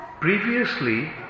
Previously